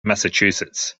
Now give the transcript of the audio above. massachusetts